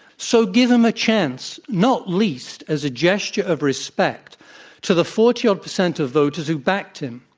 so, give him a chance, not least as a gesture of respect to the forty ah percent of voters who backed him.